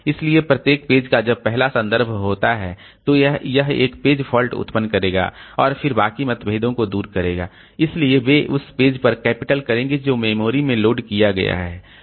इसलिए प्रत्येक पेज का जब पहला संदर्भ होता है तो यह एक पेज फॉल्ट उत्पन्न करेगा और फिर बाकी मतभेदों को दूर करेगा इसलिए वे उस पेज पर कैपिटल करेंगे जो मेमोरी में लोड किया गया है